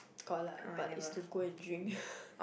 got lah but these is to go and drink